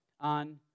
on